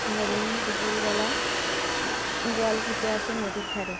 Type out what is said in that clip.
হরিণ দুপুরবেলা জল খেতে আসে নদীর ধারে